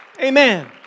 Amen